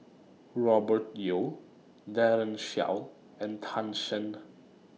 Robert Yeo Daren Shiau and Tan Shen